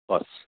boss